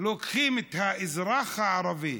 לוקחים את האזרח הערבי,